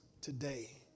today